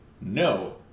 no